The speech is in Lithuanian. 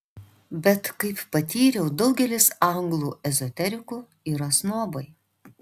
bet kaip patyriau daugelis anglų ezoterikų yra snobai